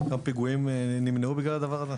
כמה פיגועים נמנעו בגלל הדבר הזה?